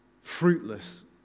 fruitless